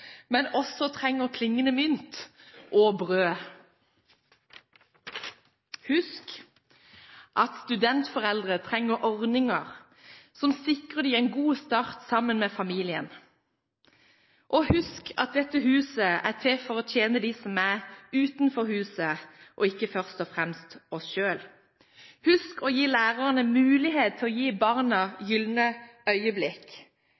men også trenger klingende mynt og brød. Husk at studentforeldre trenger ordninger som sikrer dem en god start sammen med familien. Og husk at dette huset er til for å tjene dem som er utenfor huset, og ikke først og fremst oss selv. Husk å gi lærerne mulighet til å gi barna gylne øyeblikk.